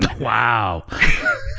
wow